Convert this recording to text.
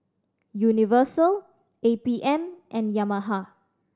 Universal A P M and Yamaha